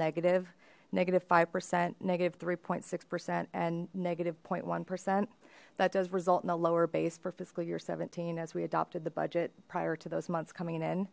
negative negative five percent negative three six percent and negative zero one percent that does result in a lower base for fiscal year seventeen as we adopted the budget prior to those months coming in